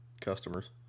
customers